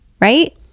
right